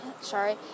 sorry